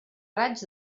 raig